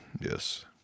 Yes